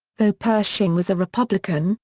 though pershing was a republican,